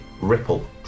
ripple